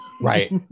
right